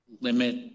limit